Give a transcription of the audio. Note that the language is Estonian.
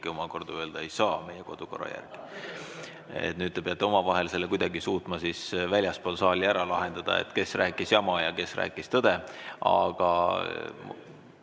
omakorda öelda ei saa meie kodukorra järgi. Nüüd te peate omavahel kuidagi suutma selle väljaspool saali ära lahendada, kes rääkis jama ja kes rääkis tõde.